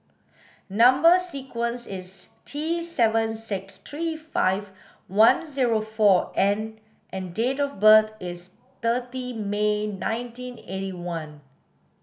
number sequence is T seven six three five one zero four N and date of birth is thirty May nineteen eighty one